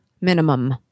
minimum